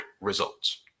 results